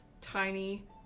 tiny